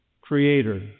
Creator